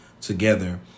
together